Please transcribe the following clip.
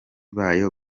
bayo